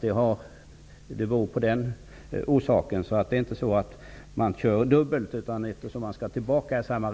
Det är inte så att man kör dubbelt, utan man